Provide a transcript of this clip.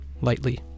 Lightly